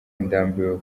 ndambiwe